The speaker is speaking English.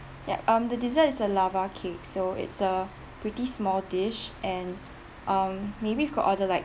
ya um the dessert is a lava cake so it's a pretty small dish and um maybe you could order like